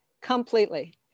Completely